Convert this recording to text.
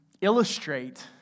illustrate